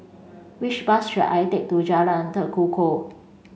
which bus should I take to Jalan Tekukor